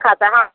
खाता हाँ